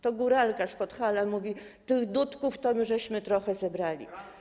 To góralka z Podhala mówi: tych dutków to my żeśmy trochę zebrali.